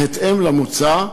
בהתאם למוצע,